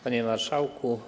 Panie Marszałku!